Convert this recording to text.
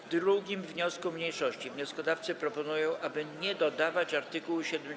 W 2. wniosku mniejszości wnioskodawcy proponują, aby nie dodawać art. 72a.